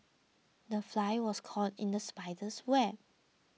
the fly was caught in the spider's web